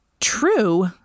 true